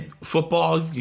football